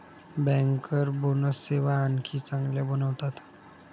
banker bonus सेवा आणखी चांगल्या बनवतात